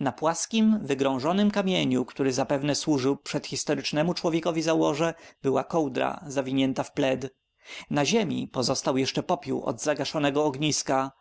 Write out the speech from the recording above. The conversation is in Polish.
na płaskim wygrążonym kamieniu który zapewne służył przedhistorycznemu człowiekowi za łoże była kołdra zawinięta w pled na ziemi pozostał jeszcze popiół od zagaszonego ogniska